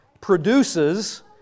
produces